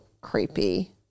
creepy